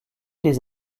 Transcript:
des